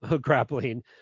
grappling